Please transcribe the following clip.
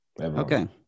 Okay